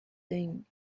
thing